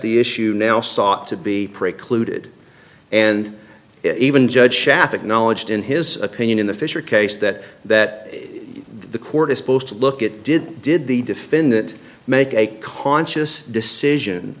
the issue now sought to be precluded and even judge shafik knowledged in his opinion in the fisher case that that the court is supposed to look at did did the defendant make a conscious decision